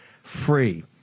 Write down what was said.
Free